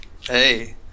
Hey